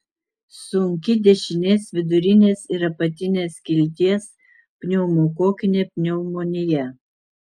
sunki dešinės vidurinės ir apatinės skilties pneumokokinė pneumonija